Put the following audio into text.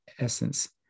essence